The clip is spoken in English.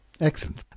excellent